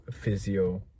physio